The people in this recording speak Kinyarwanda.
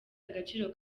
agaciro